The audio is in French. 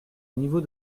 niveau